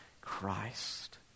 Christ